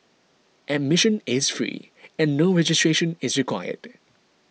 admission is free and no registration is required